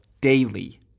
daily